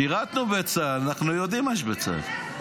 שירתנו בצה"ל, אנחנו יודעים מה יש בצה"ל.